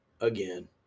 again